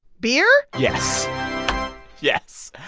beer? yes yes.